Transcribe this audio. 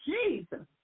Jesus